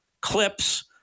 clips